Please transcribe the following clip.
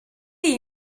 iyi